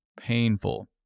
Painful